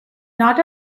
not